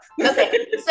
okay